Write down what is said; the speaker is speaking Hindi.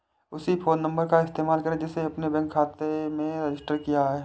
उसी फ़ोन नंबर का इस्तेमाल करें जिसे आपने अपने बैंक खाते में रजिस्टर किया है